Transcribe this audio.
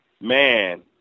man